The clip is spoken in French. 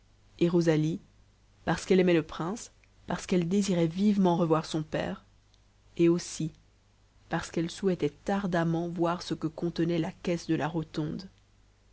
rosalie parce qu'elle aimait le prince parce qu'elle désirait vivement revoir son père et aussi parce qu'elle souhaitait ardemment voir ce que contenait la caisse de la rotonde